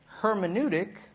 hermeneutic